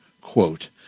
quote